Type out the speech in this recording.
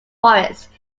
forest